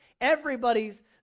everybody's